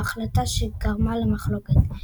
בהחלטה שגרמה למחלוקת.